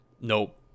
nope